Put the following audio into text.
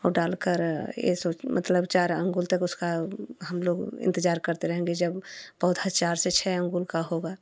और डालकर यह सोच मतलब चार अंगुल तक उसका हम लोग इंतज़ार करते रहेंगे जब पौधा चार से छः अंगुल का होगा